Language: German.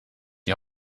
die